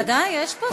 בוודאי, יש פה שר.